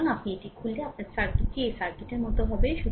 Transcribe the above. সুতরাং আপনি এটি খুললে আপনার সার্কিটটি এই সার্কিটের মতো হবে